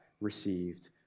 received